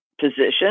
position